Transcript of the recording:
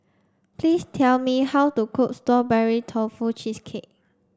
please tell me how to cook strawberry tofu cheesecake